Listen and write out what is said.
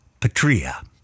Patria